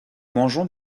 mangeons